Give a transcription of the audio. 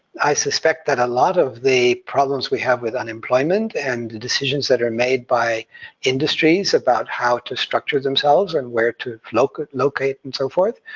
i suspect that a lot of the problems we have with unemployment, and the decisions that are made by industries about how to structure themselves, and where to locate, and so forth,